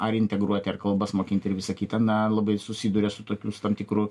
ar integruoti ar kalbas mokinti ir visa kita na labai susiduria su tokiu su tam tikru